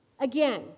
Again